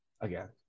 again